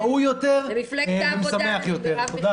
ראוי יותר ומשמח יותר.